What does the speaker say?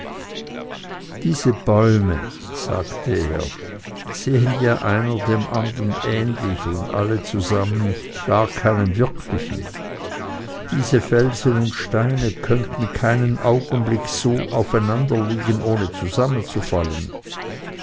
diese bäume sagte er sehen ja einer dem andern ähnlich und alle zusammen gar keinem wirklichen diese felsen und steine könnten keinen augenblick so aufeinanderliegen ohne zusammenzufallen